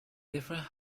different